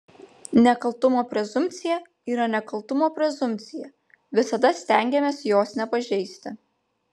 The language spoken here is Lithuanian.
nekaltumo prezumpcija yra nekaltumo prezumpcija visada stengiamės jos nepažeisti